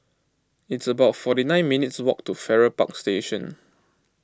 it's about forty nine minutes' walk to Farrer Park Station